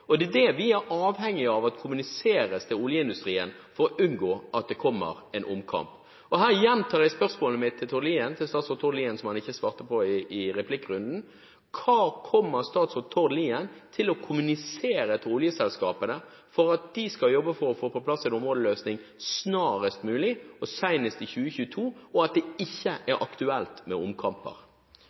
Og det er det vi er avhengig av kommuniseres til oljeindustrien – for å unngå en omkamp. Jeg gjentar mitt spørsmål til statsråd Tord Lien som han ikke svarte på i replikkrunden: Hva kommer statsråd Tord Lien til å kommunisere til oljeselskapene for at de skal jobbe for å få på plass en områdeløsning snarest mulig og senest i 2022, og at det ikke er aktuelt med